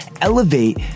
elevate